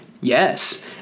yes